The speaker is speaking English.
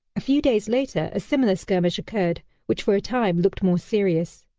a few days later, a similar skirmish occurred, which for a time looked more serious.